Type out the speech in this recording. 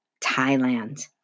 Thailand